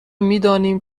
میدانیم